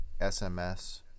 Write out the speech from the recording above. SMS